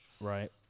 right